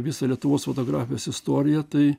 visą lietuvos fotografijos istoriją tai